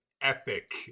epic